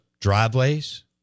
driveways